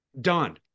Done